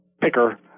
picker